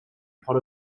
pot